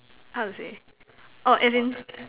how to say orh as in